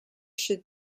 should